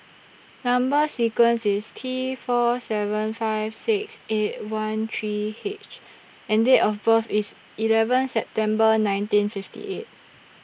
Number sequence IS T four seven five six eight one three H and Date of birth IS eleven September nineteen fifty eight